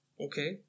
Okay